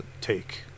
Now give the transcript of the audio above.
take